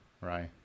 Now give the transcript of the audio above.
right